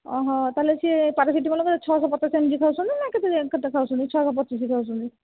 ଓହୋ ତାହେଲେ ସେ ପାରାସେଟାମଲ୍ ଛଅଶହ ପଚାଶ ଏମଜି ଖାଉଛନ୍ତି ନା କେତେ କେତେ ଖାଉଛନ୍ତି ଛଅଶହ ପଚିଶ ଖାଉଛନ୍ତି